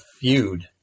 feud